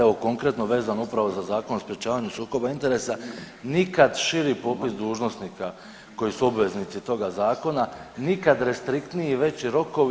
Evo, konkretno vezano upravo za Zakon o sprječavanju sukoba interesa, nikad širi popis dužnosnika koji su obveznici toga zakona, nikad restriktniji i veći rokovi.